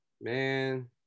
Man